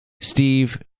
steve